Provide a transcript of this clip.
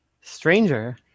Stranger